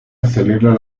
acelera